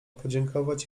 podziękować